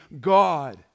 God